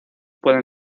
pueden